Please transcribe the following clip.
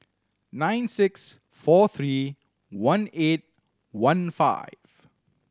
nine six four three one eight one five